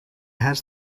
has